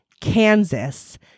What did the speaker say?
Kansas